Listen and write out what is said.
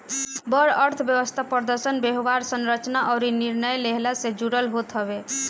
बड़ अर्थव्यवस्था प्रदर्शन, व्यवहार, संरचना अउरी निर्णय लेहला से जुड़ल होत हवे